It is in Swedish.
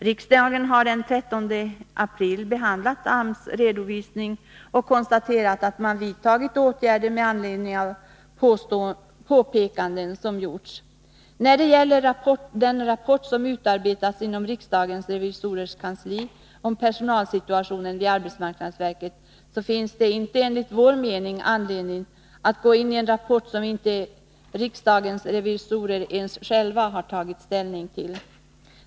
Riksdagen har den 13 april behandlat AMS redovisning och konstaterat att man vidtagit åtgärder med anledning av de påpekanden som gjorts. När det gäller den rapport som utarbetats inom riksdagens revisorers kansli om personalsituationen vid arbetsmarknadsverket finns det enligt vår mening inte anledning av gå in i en rapport som inte ens riksdagens revisorer själva har tagit ställning till.